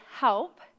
Help